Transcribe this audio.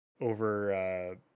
over